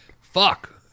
Fuck